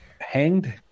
hanged